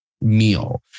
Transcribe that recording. meal